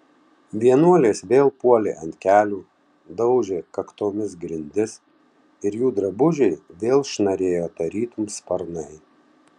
vienuolės vėl puolė ant kelių daužė kaktomis grindis ir jų drabužiai vėl šnarėjo tarytum sparnai